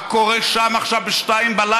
מה קורה שם עכשיו ב-02:00,